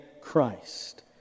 Christ